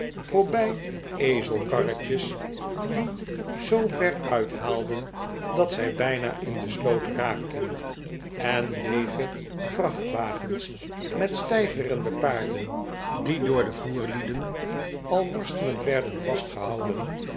voorbij ezelkarretjes die zoover uithaalden dat zij bijna in de sloot raakten r en leege vrachtwagens met steigerende paarden die door de voerlieden al worstelend werden vastgehouden